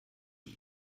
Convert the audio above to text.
wie